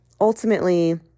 ultimately